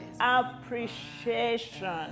appreciation